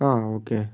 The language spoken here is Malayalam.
ആ ഓക്കെ